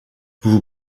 vous